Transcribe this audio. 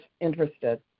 interested